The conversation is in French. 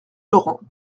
laurent